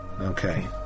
Okay